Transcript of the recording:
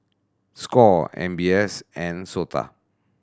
score M B S and SOTA